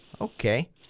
Okay